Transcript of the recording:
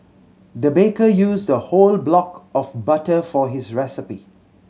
the baker used a whole block of butter for this recipe